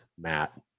matt